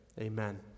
amen